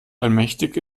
allmächtig